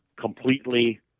completely